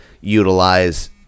utilize